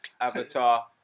Avatar